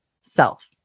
self